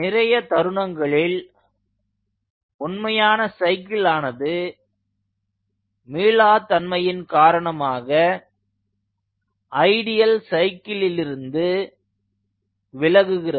நிறைய தருணங்களில் உண்மையான சைக்கிள் ஆனது மீளா தன்மையின் காரணமாக ஐடியல் சைக்கிளிலிருந்து விலகுகிறது